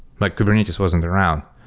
like kubernetes wasn't around.